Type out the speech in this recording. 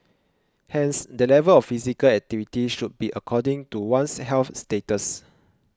hence the level of physical activity should be according to one's health status